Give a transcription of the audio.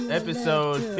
episode